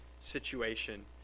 situation